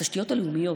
התשתיות הלאומיות,